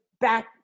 back